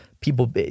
people